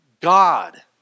God